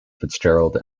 fitzgerald